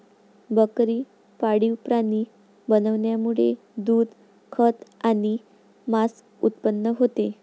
बकरी पाळीव प्राणी बनवण्यामुळे दूध, खत आणि मांस उत्पन्न होते